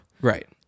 Right